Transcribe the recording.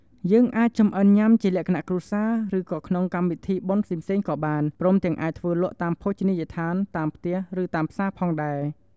យើងអាចចំអិនញុាំជាលក្ខណៈគ្រួសារ ឬក៏ក្នុងកម្មវិធីបុណ្យផ្សេងៗក៏បាន ព្រមទាំងអាចធ្វើលក់តាមភោជនីយដ្ឋាន តាមផ្ទះ ឬតាមផ្សារផងដែរ។